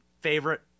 favorite